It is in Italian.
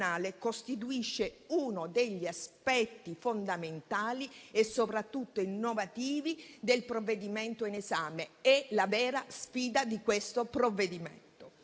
costituisce uno degli aspetti fondamentali e soprattutto innovativi del provvedimento in esame e la vera sfida di questo provvedimento.